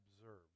observed